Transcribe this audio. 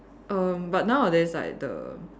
err but nowadays like the